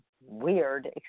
weird